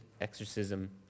exorcism